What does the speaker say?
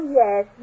yes